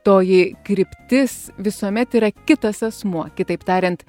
toji kryptis visuomet yra kitas asmuo kitaip tariant